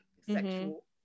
sexual